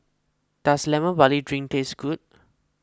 does Lemon Barley Drink taste good